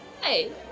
Hey